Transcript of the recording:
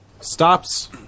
stops